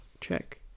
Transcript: check